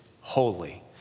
holy